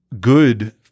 good